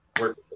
work